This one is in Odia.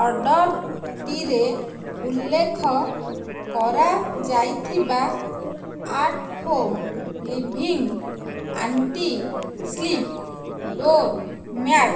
ଅର୍ଡ଼ର୍ଟିରେ ଉଲ୍ଲେଖ କରାଯାଇଥିବା at home living anti slip door mat